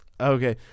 Okay